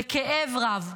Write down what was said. בכאב רב,